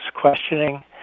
questioning